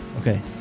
Okay